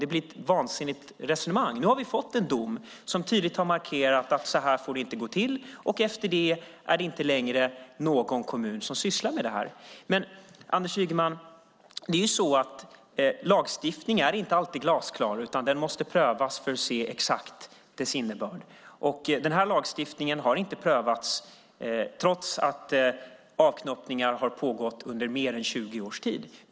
Det blir ett vansinnigt resonemang. Nu har vi fått en dom som tydligt har markerat att det inte får gå till så här, och efter det är det inte längre någon kommun som sysslar med detta. Det är dock så, Anders Ygeman, att lagstiftning inte alltid är glasklar. Den måste prövas för att man ska se dess innebörd exakt. Denna lagstiftning har inte prövats, trots att avknoppningar har pågått under mer än 20 års tid.